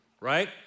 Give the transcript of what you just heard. right